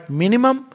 minimum